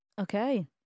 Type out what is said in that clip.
Okay